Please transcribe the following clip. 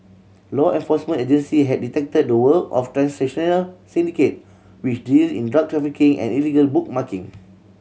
law enforcement agency had detected the work of transnational syndicate which deal in drug trafficking and illegal bookmaking